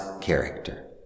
character